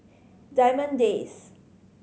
Diamond Days